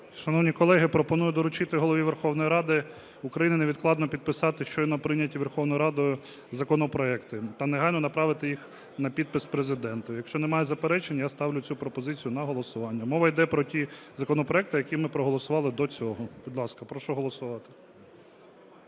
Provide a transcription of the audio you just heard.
Шановні колеги, пропоную доручити Голові Верховної Ради України невідкладно підписати щойно прийняті Верховною Радою законопроекти та негайно направити їх на підпис Президенту. Якщо немає заперечень, я ставлю цю пропозицію на голосування. Мова йде про ті законопроекти, які ми проголосували до цього. Будь ласка, прошу голосувати.